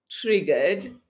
triggered